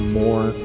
more